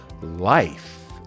Life